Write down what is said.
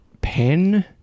pen